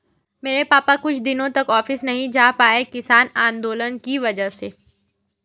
मेरे पापा कुछ दिनों तक ऑफिस नहीं जा पाए किसान आंदोलन की वजह से